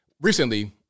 recently